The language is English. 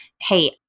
Hey